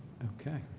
okay